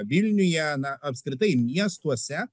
vilniuje na apskritai miestuose